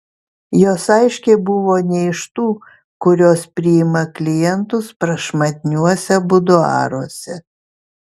jos aiškiai buvo ne iš tų kurios priima klientus prašmatniuose buduaruose